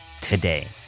today